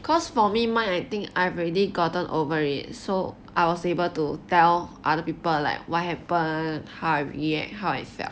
because for me my I think I've already gotten over it so I was able to tell other people like what happened how I react how I felt